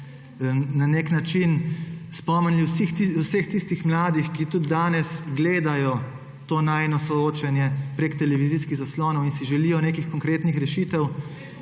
na nek način spomnili vseh tistih mladih, ki tudi danes gledajo to najino soočenje prek televizijskih zaslonov in si želijo nekih konkretnih rešitev,